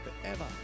forever